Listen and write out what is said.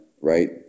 right